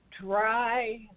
dry